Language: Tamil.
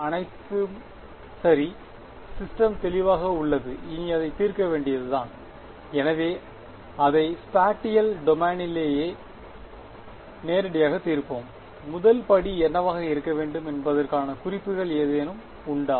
அனைத்தும் சரி சிஸ்டம் தெளிவாக உள்ளது இனி அதை தீர்க்க வேண்டியதுதான் எனவே அதை ஸ்பாட்டியல் டொமைனிலேயே நேரடியாக தீர்ப்போம் முதல் படி என்னவாக இருக்க வேண்டும் என்பதற்கான குறிப்புகள் ஏதேனும் உண்டா